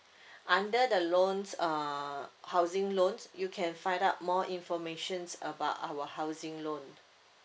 under the loans uh housing loans you can find out more information about our housing loan